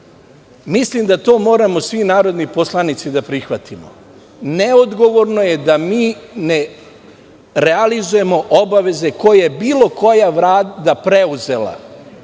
Mislim da to moramo svi narodni poslanici da prihvatimo. Neodgovorno je da mi ne realizujemo obaveze koje je bilo koja vlada preuzela,